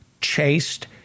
chased